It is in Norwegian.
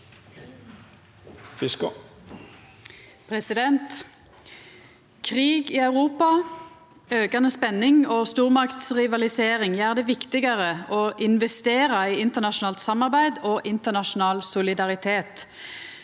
Fiskaa (SV) Krig i Europa, aukan- de spenning og stormaktsrivalisering gjer det viktigare å investera i internasjonalt samarbeid og internasjonal solidaritet,